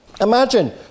Imagine